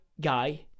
guy